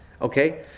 Okay